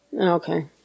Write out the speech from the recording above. Okay